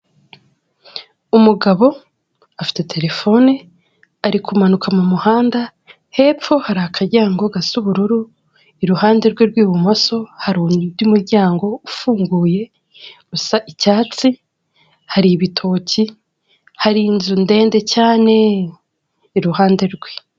Umugabo afite terefone ari kumanuka mu muhanda, hepfo hari akaryango gasa ubururu, iruhande rwe rw'ibumoso hari undi muryango ufunguye usa icyatsi, hari ibitoki, hari inzu ndende cyane iruhande rwe.